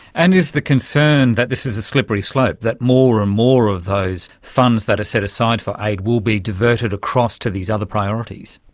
and is the concern that this is a slippery slope, that more and more of those funds that are set aside for aid will be diverted across to these other priorities?